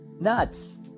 Nuts